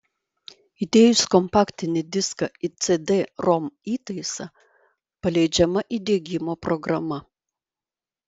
įdėjus kompaktinį diską į cd rom įtaisą paleidžiama įdiegimo programa